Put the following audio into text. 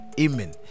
amen